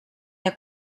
der